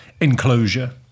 Enclosure